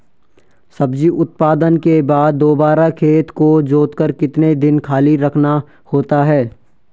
सब्जी उत्पादन के बाद दोबारा खेत को जोतकर कितने दिन खाली रखना होता है?